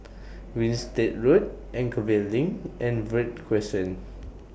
Winstedt Road Anchorvale LINK and Verde Crescent